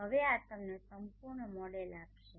હવે આ તમને સંપૂર્ણ મોડેલ આપશે